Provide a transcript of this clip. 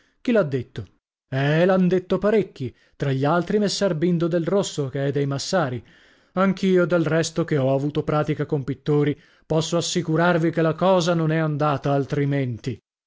chi l'ha detto eh l'han detto parecchi tra gli altri messer bindo del rosso che è dei massari anch'io del resto che ho avuto pratica con pittori posso assicurarvi che la cosa non è andata altrimenti